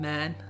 Man